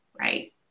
right